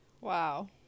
wow